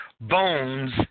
Bones